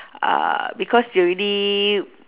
uh because you already